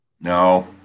No